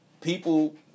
people